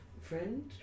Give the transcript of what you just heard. friend